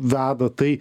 veda tai